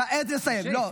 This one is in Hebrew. לא, כעת לסיים.